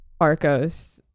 Arcos